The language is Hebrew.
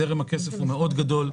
זרם הכסף מאוד גדול,